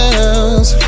else